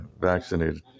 vaccinated